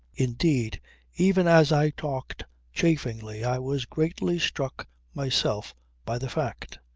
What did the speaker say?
indeed even as i talked chaffingly i was greatly struck myself by the fact.